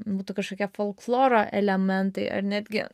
būtų kažkokie folkloro elementai ar netgi